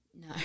No